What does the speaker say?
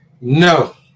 No